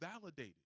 validated